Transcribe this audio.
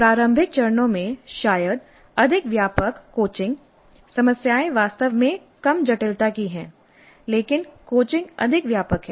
प्रारंभिक चरणों में शायद अधिक व्यापक कोचिंग समस्याएं वास्तव में कम जटिलता की हैं लेकिन कोचिंग अधिक व्यापक है